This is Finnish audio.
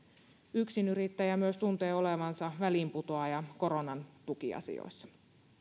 yksinyrittäjä myös tuntee olevansa väliinputoaja koronan tukiasioissa